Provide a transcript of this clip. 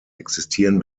existieren